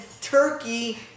turkey